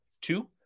Two